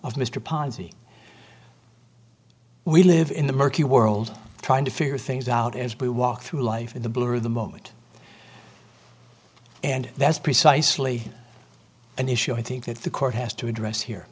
ponzi we live in the murky world trying to figure things out as we walk through life in the blue of the moment and that's precisely an issue i think that the court has to address here